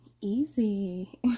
Easy